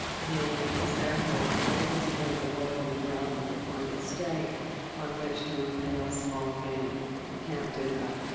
he is, therefore, unable to dig the hole in the ground with the pointed stake on which to impale small game. he can't do that.